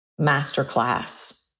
masterclass